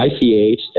ICH